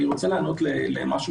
אני רוצה לענות למשהו